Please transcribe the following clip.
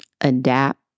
adapt